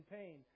pain